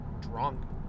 Drunk